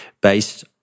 Based